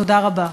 תודה רבה.